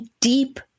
deep